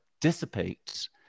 dissipates